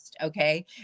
Okay